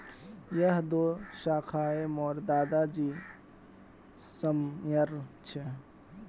यह दो शाखए मोर दादा जी समयर छे